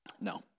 No